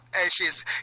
ashes